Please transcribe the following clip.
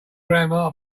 grandma